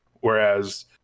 Whereas